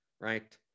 right